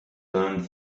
learned